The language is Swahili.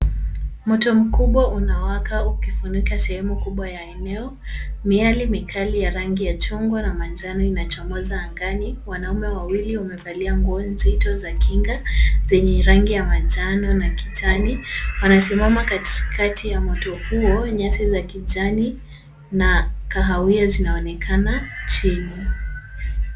Moto mkubwa unawaka ukifunika sehemu kubwa ya eneo . Miale mikali ya rangi ya chungwa na manjano inachomoza angani . Wanaume wawili wamevalia nguo nzito za kinga Zenye rangi ya manjano na kijani wanasimama katikati ya moto huo nyasi Za kijani na kahawia zinaonekana chini .